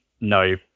no